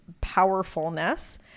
powerfulness